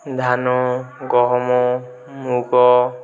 ଧାନ ଗହମ ମୁଗ